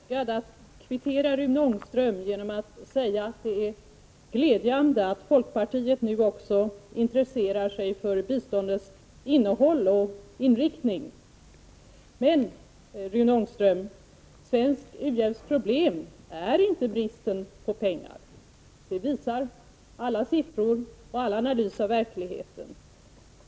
Fru talman! Jag känner mig nödsakad att kvittera vad Rune Ångström sade med att det är glädjande att folkpartiet nu också intresserar sig för biståndets innehåll och inriktning. Svensk u-hjälps problem, Rune Ångström, är inte bristen på pengar. Det visar alla siffror och all analys av verkligheten.